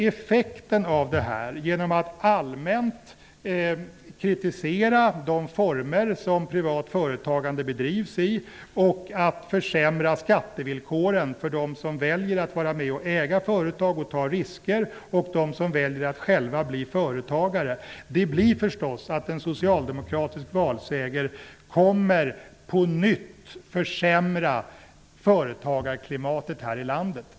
Effekten av detta, att allmänt kritisera de former som privat företagande bedrivs i och att försämra skattevillkoren för dem som väljer att vara med och äga företag och ta risker och dem som väljer att själva bli företagare, blir förstås att en socialdemokratisk valseger på nytt kommer att försämra företagarklimatet här i landet.